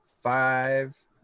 five